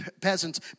peasants